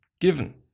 given